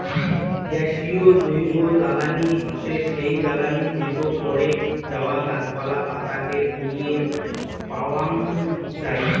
গ্যাসীয় জৈবজ্বালানী হসে সেই জ্বালানি যেটো পড়ে যাওয়া গাছপালা, পাতা কে পুড়িয়ে পাওয়াঙ যাই